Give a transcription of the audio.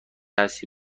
هستی